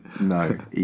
no